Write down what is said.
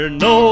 no